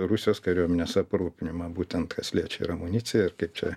rusijos kariuomenės aprūpinimą būtent kas liečia ir amuniciją ir kaip čia